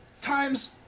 times